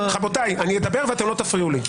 רבותיי, אני מדבר ואתם לא תפריעו לי.